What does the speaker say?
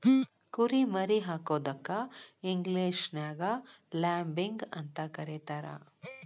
ಕುರಿ ಮರಿ ಹಾಕೋದಕ್ಕ ಇಂಗ್ಲೇಷನ್ಯಾಗ ಲ್ಯಾಬಿಂಗ್ ಅಂತ ಕರೇತಾರ